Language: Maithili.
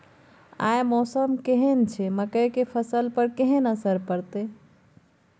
आय मौसम केहन छै मकई के फसल पर केहन असर परतै?